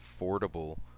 affordable